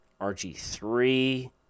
RG3